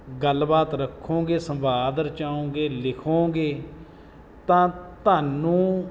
ਗੱਲਬਾਤ ਰੱਖੋਗੇ ਸੰਵਾਦ ਰਚਾਉਂਗੇ ਲਿਖੋਗੇ ਤਾਂ ਤੁਹਾਨੂੰ